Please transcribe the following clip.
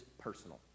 personal